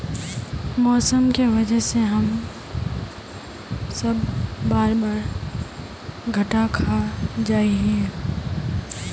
मौसम के वजह से हम सब बार बार घटा खा जाए हीये?